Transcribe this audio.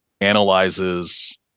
analyzes